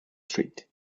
street